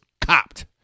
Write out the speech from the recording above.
copped